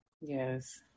Yes